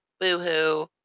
Boohoo